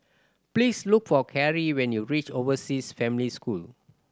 please look for Carrie when you reach Overseas Family School